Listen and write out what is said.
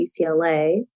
UCLA